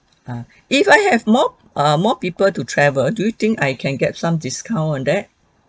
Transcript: uh if I have more err more people to travel do you think I can get some discount on that